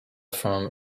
from